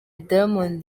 diamond